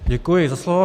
Děkuji za slovo.